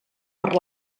per